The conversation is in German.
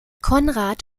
konrad